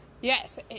yes